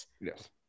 Yes